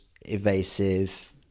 evasive